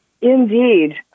Indeed